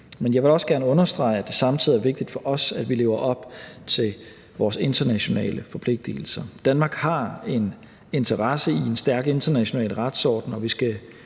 Men jeg vil også gerne understrege, at det samtidig er vigtigt for os, at vi lever op til vores internationale forpligtigelser. Danmark har en interesse i en stærk international retsorden, og vi skal